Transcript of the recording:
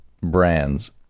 brands